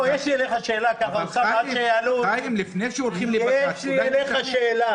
אולי נשאל --- יש לי אליך שאלה.